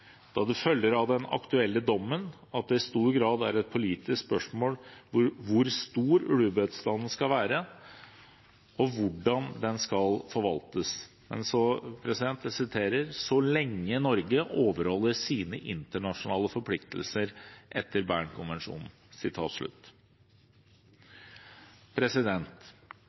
da det følger av den aktuelle dommen at det i stor grad er et politisk spørsmål hvor stor ulvebestanden skal være, og hvordan den skal forvaltes, «så lenge Norge overholder sine internasjonale forpliktelser etter Bernkonvensjonen».